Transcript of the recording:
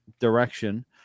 direction